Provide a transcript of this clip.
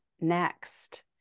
next